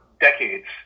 decades